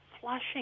flushing